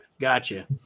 Gotcha